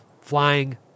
Flying